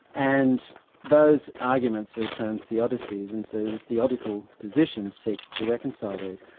and those arguments are termed theodicies, and so the theodical position seeks to reconcile these,